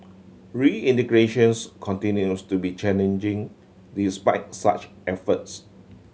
reintegration continues to be challenging despite such efforts